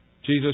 Jesus